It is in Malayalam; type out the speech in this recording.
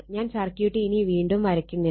ഞാൻ സർക്യൂട്ട് ഇനി വീണ്ടും വരക്കുന്നില്ല